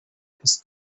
his